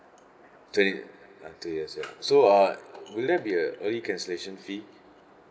twenty ya two years ya so uh will there be a early cancellation fee